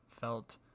felt